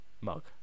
Mug